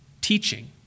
teaching